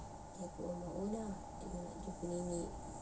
meh